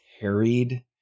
harried